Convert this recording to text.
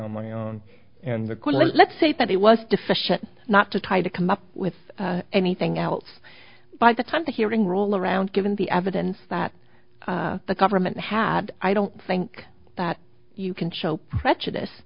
on my own and the court let's say that it was deficient not to try to come up with anything else by the time the hearing roll around given the evidence that the government had i don't think that you can show prejudice